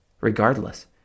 Regardless